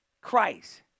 Christ